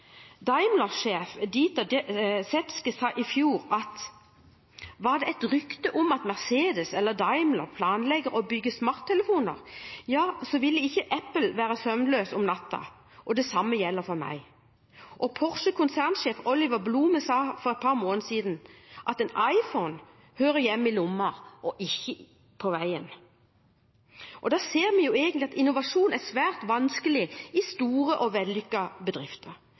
Daimler planlegger å bygge smarttelefoner, så ville ikke Apple vært søvnløs om natten; og det samme gjelder for meg».» Videre står det: «Porsche konsernsjef Oliver Blume sa for et par måneder siden, at «en Iphone hører hjemme i lommen, ikke på veien».» Da ser vi egentlig at innovasjon er svært vanskelig i store og vellykkede bedrifter.